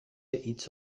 hitz